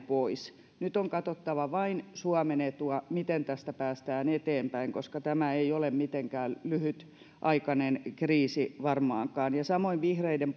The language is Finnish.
pois nyt on katsottava vain suomen etua miten tästä päästään eteenpäin koska tämä ei ole mitenkään lyhytaikainen kriisi varmaankaan samoin vihreiden